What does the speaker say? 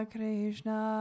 Krishna